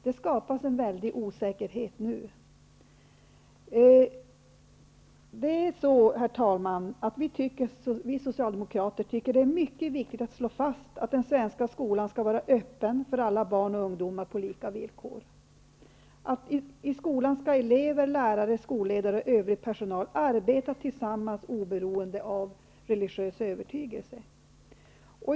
Det skapas nu en stor osäkerhet. Herr talman! Vi socialdemokrater tycker att det är mycket viktigt att slå fast att den svenska skolan skall vara öppen för alla barn och ungdomar på lika villkor. I skolan skall elever, lärare, skolledare och övrig personal arbeta tillsammans oberoende av religiös övertygelse.